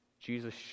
Jesus